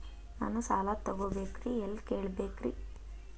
ನಾನು ಸಾಲ ತೊಗೋಬೇಕ್ರಿ ಎಲ್ಲ ಕೇಳಬೇಕ್ರಿ?